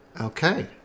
Okay